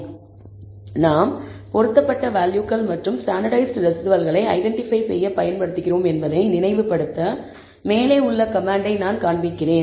எனவே நாம் பொருத்தப்பட்ட வேல்யூகள் மற்றும் ஸ்டாண்டர்ட்டைஸ்ட் ரெஸிடுவல்களை ஐடென்டிபை செய்ய பயன்படுத்துகிறோம் என்பதை நினைவுபடுத்த மேலே உள்ள கமாண்டை நான் காண்பிக்கிறேன்